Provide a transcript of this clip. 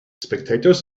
spectators